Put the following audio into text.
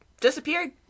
disappeared